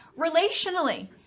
relationally